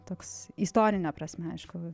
toks istorine prasme aišku